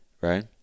right